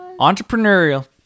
Entrepreneurial